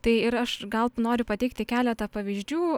tai ir aš gal noriu pateikti keletą pavyzdžių